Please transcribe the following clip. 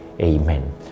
Amen